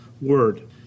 word